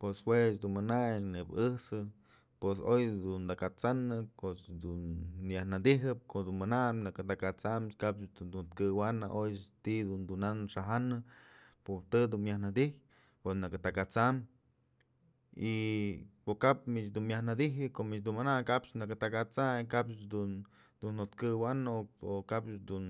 Pues juech dun manayn neyb ëjt'sën pos oy ëjt's dun takat'sanëm kot's dun nyaj nëdyjëp ko'o dun mananëp nëkë takasampëch kapch dun jëtkëwanë oy dun ti'i tunan xa'ajanë y po të dunmyaj nëdyjyë pues nëkë takat'sam y po kap mich du myajnëdyjë ko'o mich dun manayn kapch nëkë takat'sayn kapch dun jatkëwanë o kapch dun